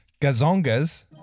Gazongas